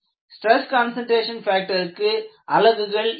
stress concentration ஃபேக்டருக்கு அலகு இல்லை